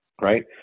right